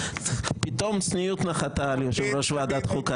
פתאום צניעות נחתה על יושב-ראש ועדת החוקה.